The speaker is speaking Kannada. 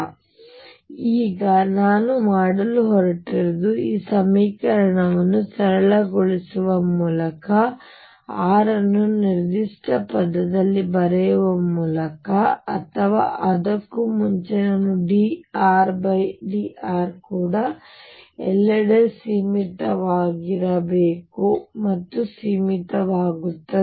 ಆದ್ದರಿಂದ ಈಗ ನಾವು ಮಾಡಲು ಹೊರಟಿರುವುದು ಈ ಸಮೀಕರಣವನ್ನು ಸರಳಗೊಳಿಸುವ ಮೂಲಕ r ಅನ್ನು ನಿರ್ದಿಷ್ಟ ಪದದಲ್ಲಿ ಬರೆಯುವ ಮೂಲಕ ಅಥವಾ ಅದಕ್ಕೂ ಮುಂಚೆ ನಾನು dRdr ಕೂಡ ಎಲ್ಲೆಡೆ ಸೀಮಿತವಾಗಿರಬೇಕು ಮತ್ತು ಸೀಮಿತವಾಗಬೇಕು